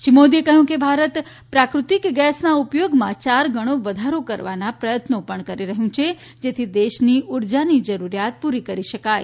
શ્રી મોદીએ કહ્યું કે ભારત પ્રાકૃતિક ગેસના ઉપયોગમાં ચાર ગણો વધારો કરવાનો પ્રયત્ન પણ કરી રહ્યું છે જેથી દેશની ઉર્જાની જરૂરિયાત પૂરી કરી શકાય